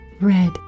red